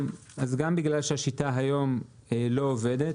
גם בגלל שהשיטה היום לא עובדת,